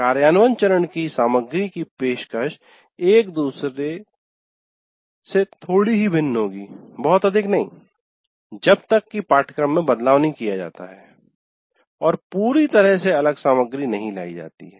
कार्यान्वयन चरण की सामग्री की पेशकश एक दुसरे थोड़ी ही भिन्न होगी बहुत अधिक नहीं जब तक कि पाठ्यक्रम में बदलाव नहीं किया जाता है और पूरी तरह से अलग सामग्री नहीं लाई जाती है